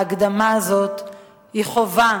ההקדמה הזו היא חובה